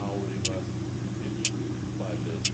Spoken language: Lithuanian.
aurimas didžbalis